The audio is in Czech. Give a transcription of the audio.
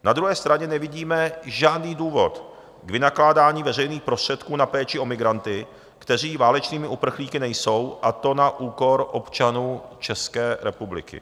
Na druhé straně nevidíme žádný důvod k vynakládání veřejných prostředků na péči o migranty, kteří válečnými uprchlíky nejsou, a to na úkor občanů České republiky.